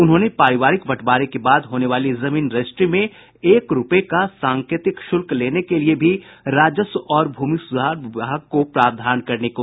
उन्होंने पारिवारिक बंटवारे के बाद होने वाली जमीन रजिस्ट्री में एक रूपये का सांकेतिक शुल्क लेने के लिये भी राजस्व और भूमि सुधार विभाग को प्रावधान करने को कहा